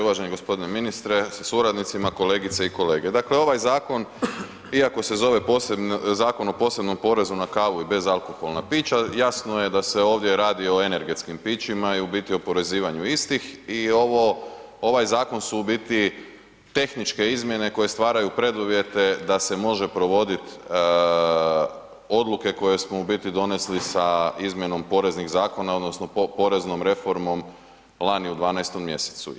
Uvaženi gospodine ministre sa suradnicima, kolegice i kolege, dakle ovaj zakon iako se zove Zakon o posebnom porezu na kavu i bezalkoholna pića jasno je da se ovdje radi o energetskim pićima i u biti oporezivanju istih i ovo, ovaj zakon su u biti tehničke izmjene koje stvaraju preduvjete da se može provodit odluke koje smo u biti donesli sa izmjenom poreznih zakona odnosno poreznom reformom lani u 12. mjesecu.